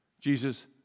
Jesus